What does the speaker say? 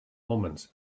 omens